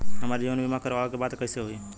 हमार जीवन बीमा करवावे के बा त कैसे होई?